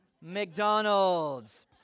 McDonald's